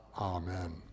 Amen